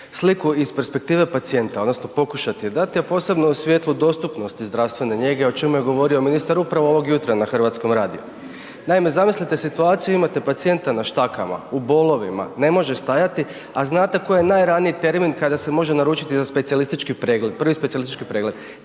sliku iz perspektive pacijenta odnosno pokušati je dati, a posebno u svijetlu dostupnosti zdravstvene njege o čemu je govorio ministar upravo ovog jutra na hrvatskom radiju. Naime, zamislite situaciju, imate pacijenta na štakama, u bolovima, ne može stajati, a znate koji je najraniji termin kada se može naručiti za specijalistički pregled,